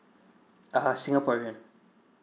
uh singaporean